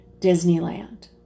Disneyland